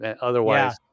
otherwise